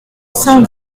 cent